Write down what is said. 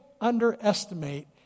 underestimate